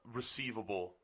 receivable